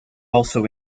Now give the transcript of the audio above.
also